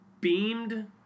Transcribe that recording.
beamed